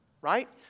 right